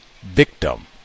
victim